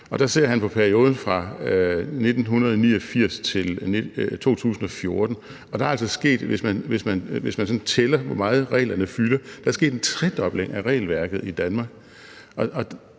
der ser han på perioden 1989-2014, og der er der altså, hvis man sådan tæller, hvor meget reglerne fylder, sket en tredobling af regelværket i Danmark.